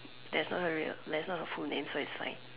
that's not her real that's not her real name so it's fine